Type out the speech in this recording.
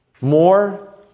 more